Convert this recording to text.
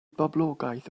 boblogaeth